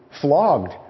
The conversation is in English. flogged